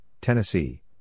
Tennessee